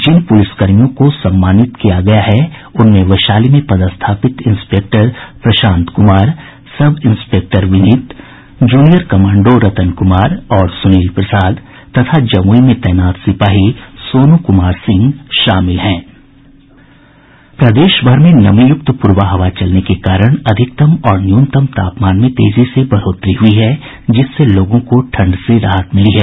जिन पुलिसकर्मियों को सम्मानित किया गया है उनमें वैशाली में पदस्थापित inspector Prashant Kumar sub inspector Vineet junior commando Ratan Kumar और सुनील प्रसाद तथा जमुई में तैनात सिपाही सोनू कुमार सिंह शामिल हैं प्रदेशभर में नमीयूक्त पूरबा हवा चलने के कारण अधिकतम और न्यूनतम तापमान में तेजी से बढ़ोतरी हुई है जिससे लोगों को ठंड से राहत मिली है